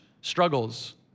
struggles